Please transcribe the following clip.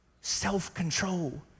self-control